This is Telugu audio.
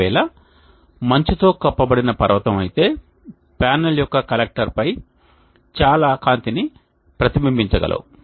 ఒక వేళ మంచుతో కప్పబడిన పర్వతం అయితే ప్యానెల్ యొక్క కలెక్టర్లపై చాలా కాంతిని ప్రతిబింబించగలవు